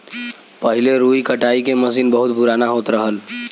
पहिले रुई कटाई के मसीन बहुत पुराना होत रहल